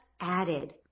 added